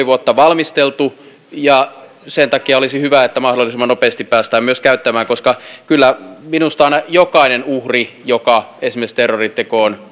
vuotta valmisteltu ja sen takia olisi hyvä että mahdollisimman nopeasti päästään myös käyttämään koska kyllä minusta jokainen uhri joka esimerkiksi terroritekoon